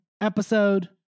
episode